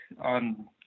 on